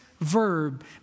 Verb